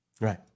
right